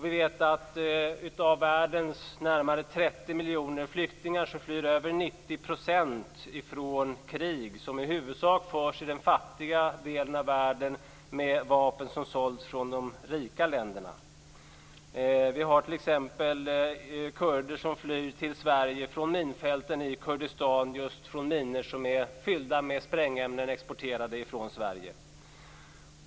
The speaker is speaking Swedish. Vi vet att av världens närmare 30 miljoner flyktingar flyr över 90 % från krig som i huvudsak förs i den fattiga delen av världen, med vapen som sålts från de rika länderna. Vi har t.ex. kurder som flyr till Sverige från minfälten i Kurdistan, just från minor som är fyllda med sprängämnen exporterade från Sverige.